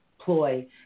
ploy